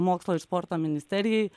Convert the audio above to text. mokslo ir sporto ministerijai